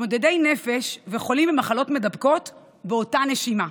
מתמודדי נפש וחולים במחלות מדבקות באותה נשימה.